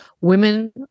women